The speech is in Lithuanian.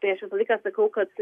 tai aš visą laiką sakau kad